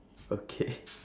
okay